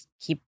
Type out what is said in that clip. keep